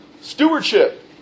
Stewardship